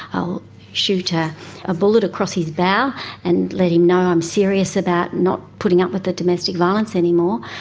i'll shoot a ah bullet across his bow and let him know i'm serious about not putting up with the domestic violence anymore,